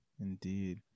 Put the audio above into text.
Indeed